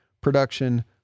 production